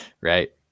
Right